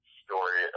story